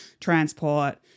transport